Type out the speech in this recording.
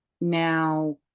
Now